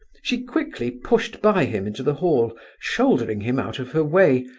she quickly pushed by him into the hall, shouldering him out of her way,